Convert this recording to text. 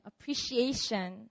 appreciation